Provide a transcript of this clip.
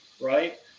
right